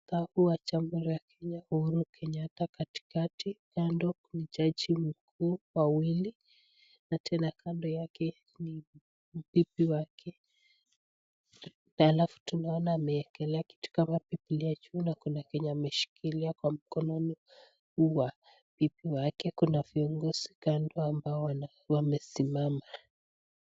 Jaji wa Kenya, Uhuru Kenyatta katikati. Kando ni jaji Mkuu wawili na tena kando yake ni bibi wake. Halafu tunaona amewekelea kitu kama Biblia juu na kuna kenye ameshikilia kwa mkononi wa bibi wake. Kuna viongozi kando ambao wamesimama.